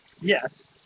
yes